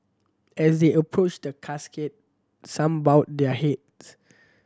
as they approached the casket some bowed their heads